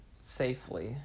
safely